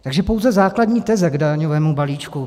Takže pouze základní teze k daňovému balíčku.